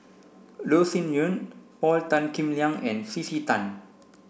Loh Sin Yun Paul Tan Kim Liang and C C Tan